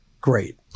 Great